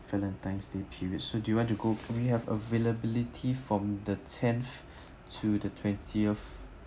valentine's day period so do you want to go we have availability from the tenth to the twentieth